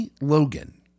Logan